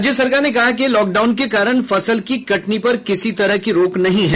राज्य सरकार ने कहा है कि लॉकडाउन के कारण फसल की कटनी पर किसी तरह की रोक नहीं है